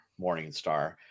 Morningstar